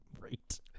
Right